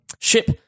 ship